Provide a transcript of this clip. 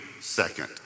second